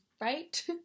right